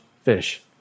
fish